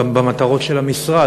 במטרות של המשרד,